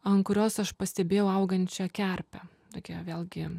ant kurios aš pastebėjau augančią kerpę tokia vėlgi